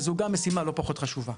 וגם זו משימה לא פחות חשובה.